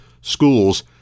schools